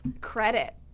credit